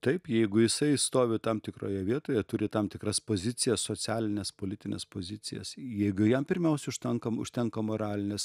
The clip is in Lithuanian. taip jeigu jisai stovi tam tikroje vietoje turi tam tikras pozicijas socialines politines pozicijas jeigu jam pirmiausia užtenka užtenka moralinės